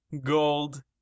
gold